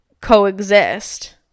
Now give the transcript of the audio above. coexist